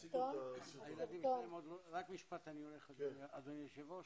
רק עוד משפט, אדוני היו"ר.